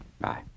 Bye